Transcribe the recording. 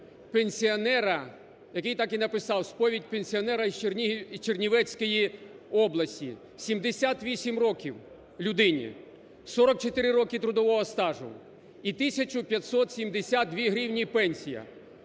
пенсіонера, який так і написав: "Сповідь пенсіонера із Чернівецької області". 78 років людині, 44 роки трудового стажу і тисячу 572 гривні пенсія,